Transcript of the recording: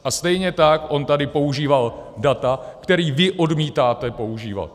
A stejně tak on tady používal data, která vy odmítáte používat.